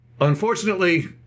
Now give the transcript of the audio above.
Unfortunately